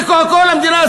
זה הכול המדינה,